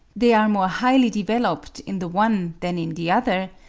they are more highly developed in the one than in the other,